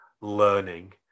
learning